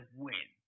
win